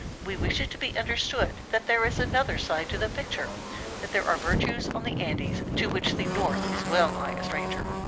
we wish it to be understood that there is another side to the picture that there are virtues on the andes to which the north is well-nigh a stranger.